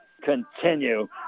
continue